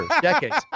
decades